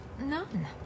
none